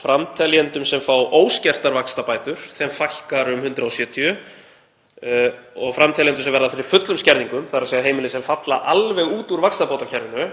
Framteljendum sem fá óskertar vaxtabætur fækkar um 170 og framteljendum sem verða fyrir fullum skerðingum, þ.e. heimilum sem falla alveg út úr vaxtabótakerfinu,